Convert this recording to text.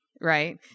right